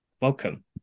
Welcome